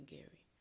Gary